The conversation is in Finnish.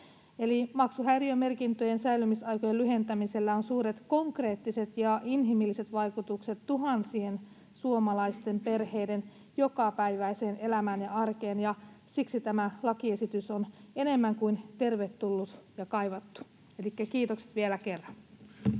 maksuhäiriömerkintöjen säilymisaikojen lyhentämisellä on suuret konkreettiset ja inhimilliset vaikutukset tuhansien suomalaisten perheiden jokapäiväiseen elämään ja arkeen, ja siksi tämä lakiesitys on enemmän kuin tervetullut ja kaivattu. Elikkä kiitokset vielä kerran.